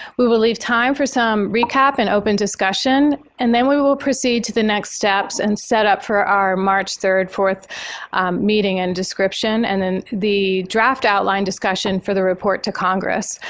we will leave time for some recap and open discussion and then we will proceed to the next steps and set up for our march third and fourth meeting and description, and then the draft outline discussion for the report to congress.